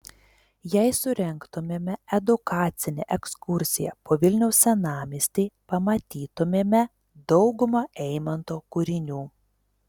jei surengtumėme edukacinę ekskursiją po vilniaus senamiestį pamatytumėme daugumą eimanto kūrinių